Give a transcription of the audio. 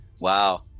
Wow